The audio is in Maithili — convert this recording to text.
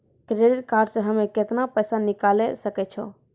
क्रेडिट कार्ड से हम्मे केतना पैसा निकाले सकै छौ?